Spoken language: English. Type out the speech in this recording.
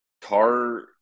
Tar